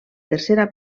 tercera